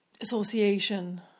association